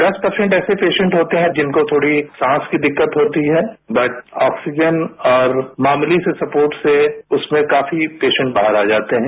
दस पर्सेट ऐसे पेशेंट होते हैं जिनको थोड़ी सांस की दिक्कत होती है बटऑक्सीजन और मामूली से सपोर्ट से उसमें काफी पेशेंट बाहर आ जाते हैं